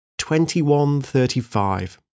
2135